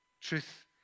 truth